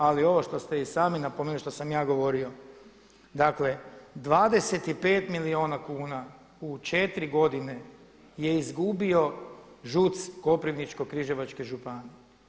Ali ovo što ste i sami napomenuli što sam ja govorio, dakle 25 milijuna kuna u četiri godine je izgubio ŽUC Koprivničko-križevačke županije.